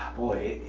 boy,